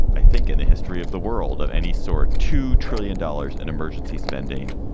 i think, in the history of the world of any sort, two trillion dollars in emergency spending.